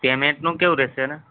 payment નું કેવું રેશે